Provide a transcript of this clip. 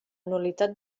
nul·litat